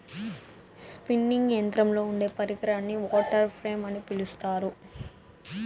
spinning యంత్రంలో ఉండే పరికరాన్ని వాటర్ ఫ్రేమ్ అని పిలుత్తారు